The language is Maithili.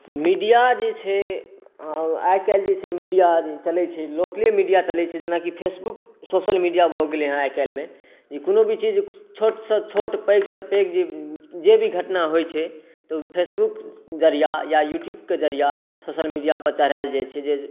मीडिया जे छै आइकाल्हि जे छै मीडिया चलैत छै लोकले मीडिया चलैत छै जेना कि फेसबुक सोशल मीडिया भऽ गेलै हेँ आइकाल्हिमे जे कोनो भी चीज़ छोटसँ छोट पैघसँ पैघ जे भी घटना होइत छै तऽ फेसबुक जरिया या यूट्यूब के जरिया सोशल मीडियापर चढ़ायल जाइत छै जे